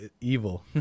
evil